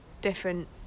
Different